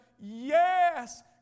yes